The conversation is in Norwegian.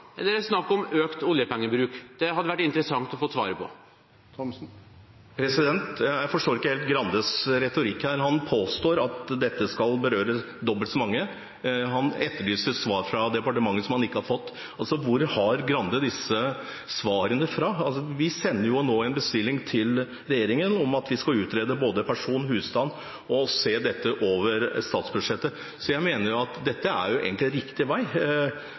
er det snakk om økt oljepengebruk? Det hadde det vært interessant å få svar på. Jeg forstår ikke helt Grandes retorikk. Han påstår at dette skal berøre dobbelt så mange. Han etterlyser svar han ikke har fått fra departementet. Hvor har Grande dette fra? Vi sender jo nå en bestilling til regjeringen om at vi skal utrede for både person og husstand og se dette over statsbudsjettet. Jeg mener at dette egentlig er riktig vei